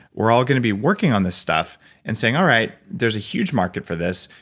we're all going to be working on this stuff and saying, all right, there's a huge market for this.